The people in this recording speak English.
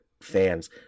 fans